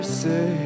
say